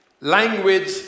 language